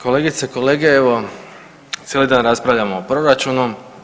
Kolegice i kolege evo cijeli dan raspravljamo o proračunu.